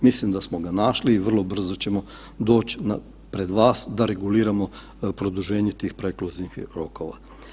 Mislim da smo ga našli i vrlo brzo ćemo doći pred vas da reguliramo produženje tih prekluzivnih rokova.